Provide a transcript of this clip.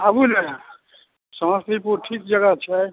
आबू ने समस्तीपुर ठीक जगह छै